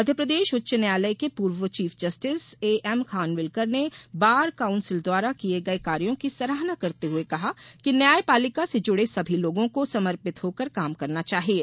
मध्यप्रदेश उच्च न्यायालय के पूर्व चीफ जस्टिस एएम खानबिलकर ने बार काउंसिल द्वारा किये गये कार्यो की सराहना करते हुए कहा कि न्याय पालिका से जुड़े सभी लोगों को समर्पित होकर काम करना चाहिये